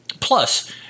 Plus